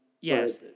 Yes